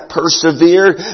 persevered